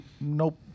nope